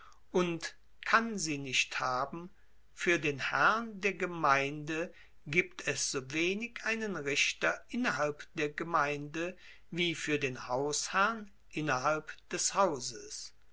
und kann sie nicht haben fuer den herrn der gemeinde gibt es so wenig einen richter innerhalb der gemeinde wie fuer den hausherrn innerhalb des hauses